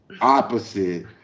opposite